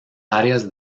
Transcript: áreas